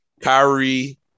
Kyrie